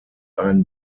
ein